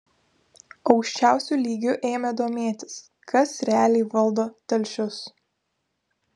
aukščiausiu lygiu ėmė domėtis kas realiai valdo telšius